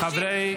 לזכויות נשים,